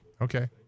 Okay